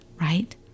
right